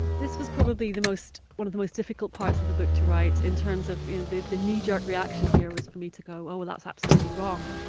this was probably the most one of the most difficult parts of the book to write in terms of you know, the knee-jerk reaction here was for me to go, oh, ah that's absolutely wrong.